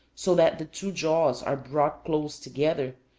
so that the two jaws are brought close together,